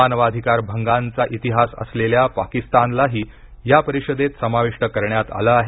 मानवाधिकार भंगांचा इतिहास असलेल्या पाकिस्तानलाही या परिषदेत समाविष्ट करण्यात आलं आहे